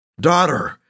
Daughter